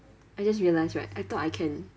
I just realised right I thought I can